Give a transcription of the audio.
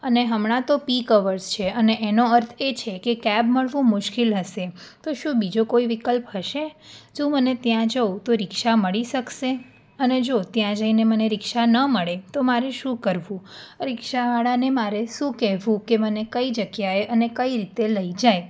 અને હમણાં તો પિક અવર્સ છે અને એનો અર્થ છે કે કેબ મળવું મુશ્કેલ હશે તો શું બીજો કોઈ વિકલ્પ હશે શું મને ત્યાં જઉં તો રિક્ષા મળી શકશે અને જો ત્યાં જઈને મને રિક્ષા ન મળે તો મારે શુ કરવું રિક્ષાવાળાને મારે શું કહેવું કે મને કઈ જગ્યાએ અને કઈ રીતે લઇ જાય